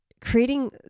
creating